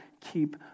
keep